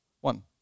one